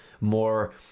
more